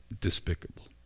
despicable